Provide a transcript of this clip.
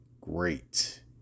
great